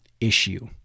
issue